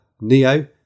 Neo